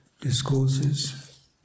Discourses